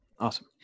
Awesome